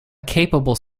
capable